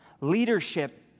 leadership